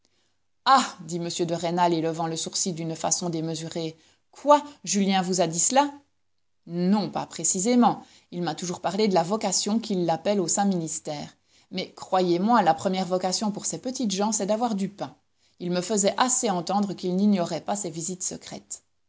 ah dit m de rênal élevant le sourcil d'une façon démesurée quoi julien vous a dit cela non pas précisément il m'a toujours parlé de la vocation qui l'appelle au saint ministère mais croyez-moi la première vocation pour ces petites gens c'est d'avoir du pain il me faisait assez entendre qu'il n'ignorait pas ces visites secrètes